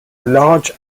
large